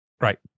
Right